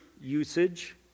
usage